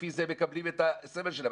לפי זה הם מקבלים את הסמל שלהם.